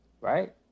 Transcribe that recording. right